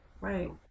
Right